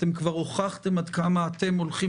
שאתם כבר הוכחתם עד כמה אתם הולכים